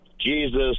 Jesus